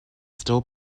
still